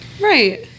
Right